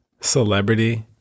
celebrity